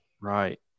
Right